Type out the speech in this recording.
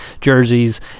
jerseys